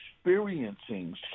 experiencing